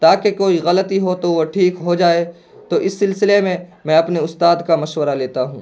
تاکہ کوئی غلطی ہو تو وہ ٹھیک ہو جائے تو اس سلسلے میں میں اپنے استاد کا مشورہ لیتا ہوں